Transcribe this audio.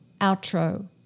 outro